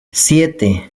siete